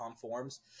forms